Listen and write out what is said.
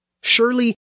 Surely